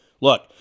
Look